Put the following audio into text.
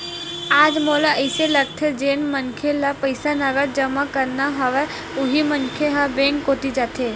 आज मोला अइसे लगथे जेन मनखे ल पईसा नगद जमा करना हवय उही मनखे ह बेंक कोती जाथे